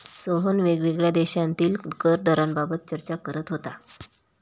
सोहन वेगवेगळ्या देशांतील कर दराबाबत चर्चा करत होता